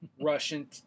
Russian